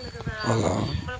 hello